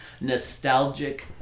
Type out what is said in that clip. nostalgic